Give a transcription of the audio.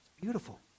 beautiful